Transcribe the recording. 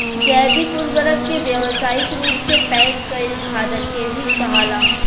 जैविक उर्वरक के व्यावसायिक रूप से पैक कईल खादर के भी कहाला